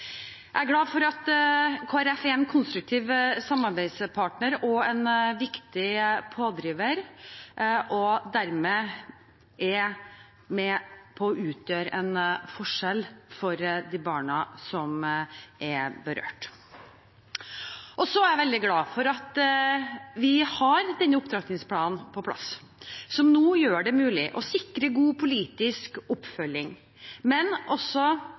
Jeg er glad for at Kristelig Folkeparti er en konstruktiv samarbeidspartner og en viktig pådriver og dermed er med på å utgjøre en forskjell for de barna som er berørt. Så er jeg veldig glad for at vi har denne opptrappingsplanen på plass, som nå gjør det mulig å sikre god politisk oppfølging, og også